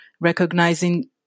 recognizing